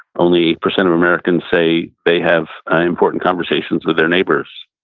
only percent of americans say they have important conversations with their neighbors.